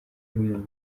y’umuntu